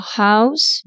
house